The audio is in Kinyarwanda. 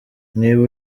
niba